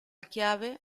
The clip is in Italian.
chiave